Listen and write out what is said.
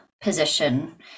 position